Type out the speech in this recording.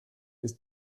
ist